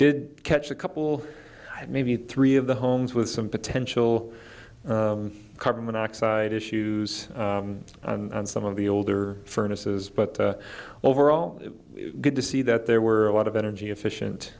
did catch a couple maybe three of the homes with some potential carbon monoxide issues and some of the older furnaces but overall good to see that there were a lot of energy efficient